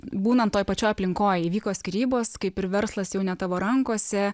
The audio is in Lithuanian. būnant toj pačioj aplinkoj įvyko skyrybos kaip ir verslas jau ne tavo rankose